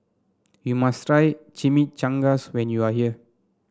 you must try Chimichangas when you are here